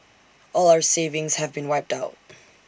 all our savings have been wiped out